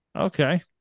Okay